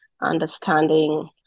understanding